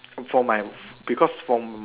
for my because from